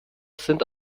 sind